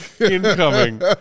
incoming